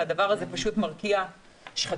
והדבר הזה פשוט מרקיע שחקים.